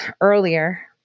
earlier